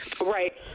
Right